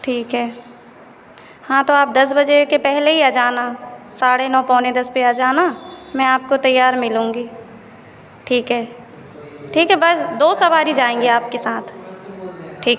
ठीक है हाँ तो आप दस बजे के पहले ही आ जाना साढ़े नौ पौने दस पर आ जाना मैं आपको तैयार मिलूँगी ठीक है ठीक है बस दो सवारी जाएँगी आपके साथ ठीक